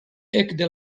ekde